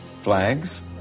Flags